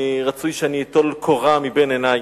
רצוי שאני אטול קורה מבין עיני.